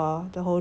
song for